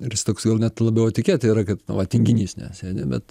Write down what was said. ir jis toks gal net labiau etiketė yra kad na va tinginys ne sėdi bet